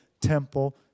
temple